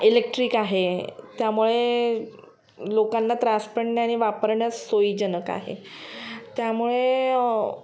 electric आहे त्यामुळे लोकांना त्रास पण नाही आणि वापरण्याच सोयीजनक आहे त्यामुळे